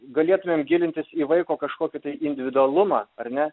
galėtumėm gilintis į vaiko kažkokį tai individualumą ar ne